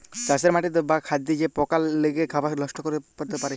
চাষের মাটিতে বা খাদ্যে যে পকা লেগে খাবার লষ্ট ক্যরতে পারে